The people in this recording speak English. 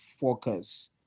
focus